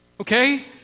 Okay